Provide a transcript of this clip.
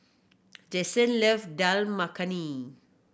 Jensen love Dal Makhani